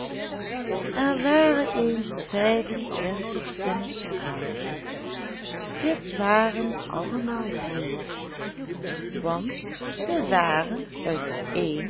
er waren eens vijf-en-twintig tinnen soldaten dit waren allemaal broers want ze waren uit